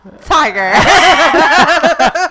tiger